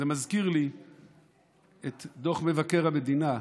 זה מזכיר לי את דוח מבקר המדינה.